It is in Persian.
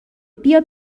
بیا